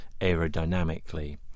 aerodynamically